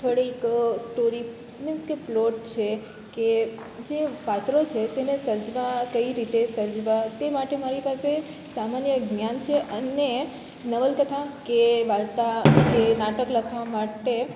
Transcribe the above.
થોડીક story means કે plot છે કે જે પાત્ર છે તેને સર્જવા કઈ રીતે સર્જવા તે માટે મારી પાસે સામાન્ય જ્ઞાન છે અને નવલકથા કે વાર્તા કે નાટક લખવા માટે